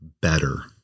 better